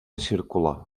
circular